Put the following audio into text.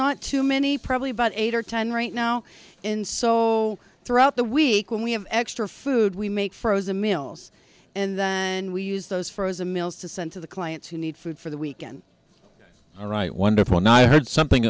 not too many probably about eight or ten right now in so throughout the week when we have extra food we make frozen meals and then we use those frozen meals to send to the clients who need food for the weekend all right wonderful night i heard something